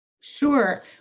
Sure